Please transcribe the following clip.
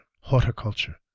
horticulture